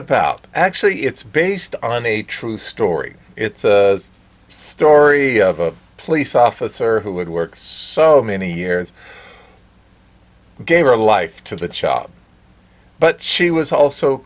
pout actually it's based on a true story it's a story of a police officer who would works so many years gave her life to the child but she was also